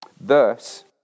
Thus